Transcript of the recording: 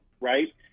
right